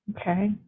Okay